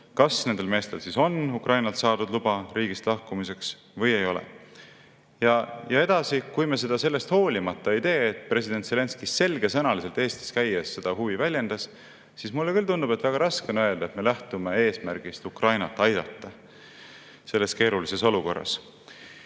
kas nendel meestel on Ukrainalt saadud luba riigist lahkumiseks või ei ole. Ja edasi, kui me seda sellest hoolimata ei tee, et president Zelenskõi selgesõnaliselt Eestis käies seda huvi väljendas, siis mulle küll tundub, et väga raske on öelda, et me lähtume eesmärgist Ukrainat selles keerulises olukorras